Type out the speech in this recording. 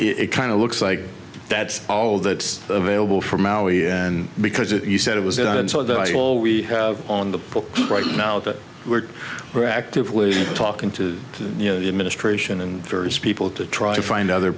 and it kind of looks like that's all that's available from maui and because you said it was done so that all we have on the books right now that we're we're actively talking to you know the administration and various people to try to find other